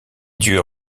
dieux